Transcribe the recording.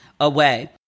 away